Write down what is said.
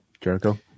Jericho